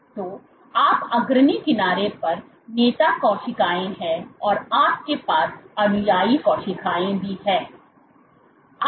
तो आप अग्रणी किनारे पर नेता कोशिकाओं है और आप के पास अनुयायी कोशिकाओं है